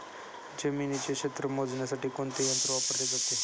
जमिनीचे क्षेत्र मोजण्यासाठी कोणते यंत्र वापरले जाते?